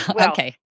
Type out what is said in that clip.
okay